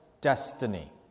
destiny